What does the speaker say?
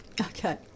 Okay